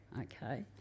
Okay